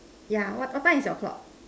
yeah what what time is your clock